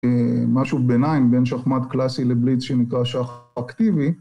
משהו ביניים בין שחמט קלאסי לבליץ שנקרא שחמט אקטיבי